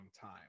time